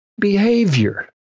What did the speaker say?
behavior